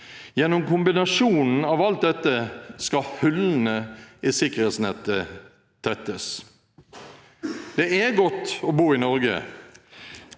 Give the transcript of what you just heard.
Gjennom kombinasjonen av alt dette skal hullene i sikkerhetsnettet tettes. Det er godt å bo i Norge,